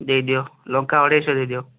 ଦେଇ ଦିଅ ଲଙ୍କା ଅଢ଼େଇଶହ ଦେଇଦିଅ